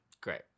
Great